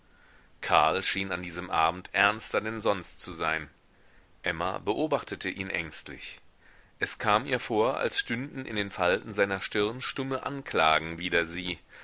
karl schien an diesem abend ernster denn sonst zu sein emma beobachtete ihn ängstlich es kam ihr vor als stünden in den falten seiner stirn stumme anklagen wider sie